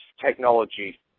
technology